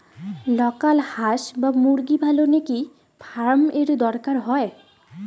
Local হাস বা মুরগি পালনে কি ফার্ম এর দরকার হয়?